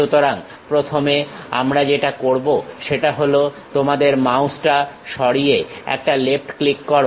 সুতরাং প্রথমে আমরা যেটা করতে যাবো সেটা হলো তোমাদের মাউসটা সরিয়ে একটা লেফট ক্লিক করো